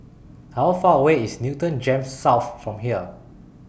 How Far away IS Newton Gems South from here